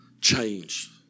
Change